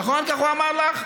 נכון, ככה הוא אמר לך?